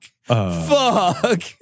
Fuck